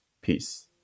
Peace